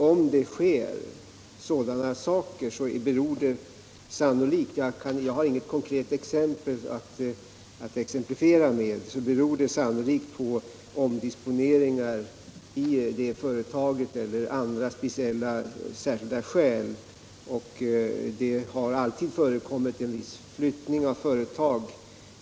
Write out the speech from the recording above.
Om nu sådant sker, så beror det sannolikt — jag har inget konkret exempel att hänvisa till — på omdisponeringar i företaget eller andra särskilda omständigheter. Det har alltid förekommit en viss flyttning av företag.